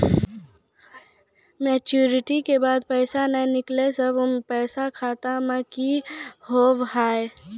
Maturity के बाद पैसा नए निकले से पैसा खाता मे की होव हाय?